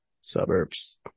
suburbs